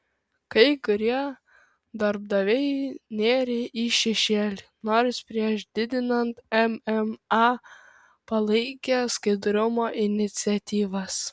kai kurie darbdaviai nėrė į šešėlį nors prieš didinant mma palaikė skaidrumo iniciatyvas